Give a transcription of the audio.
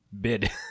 bid